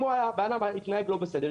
אם האדם התנהג לא בסדר,